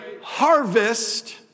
harvest